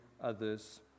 others